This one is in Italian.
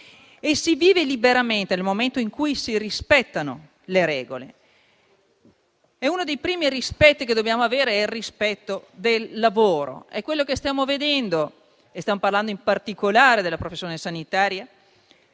Si vive liberamente nel momento in cui si rispettano le regole. Uno dei primi principi che dobbiamo avere è il rispetto del lavoro. Stiamo parlando in particolare della professione sanitaria,